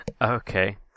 Okay